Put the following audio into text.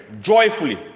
joyfully